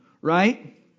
Right